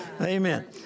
Amen